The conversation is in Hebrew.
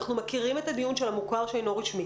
אנחנו מכירים את הדיון של המוכר שאינו רשמי.